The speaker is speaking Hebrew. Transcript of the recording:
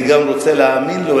אני גם רוצה להאמין לו,